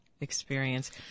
experience